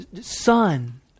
Son